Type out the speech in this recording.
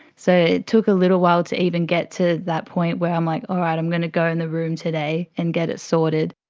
so it took a little while to even get to that point where i'm like, all right, i'm going to go in the room today and get it sorted.